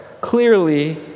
Clearly